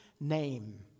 name